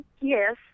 Yes